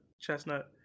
Chestnut